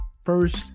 first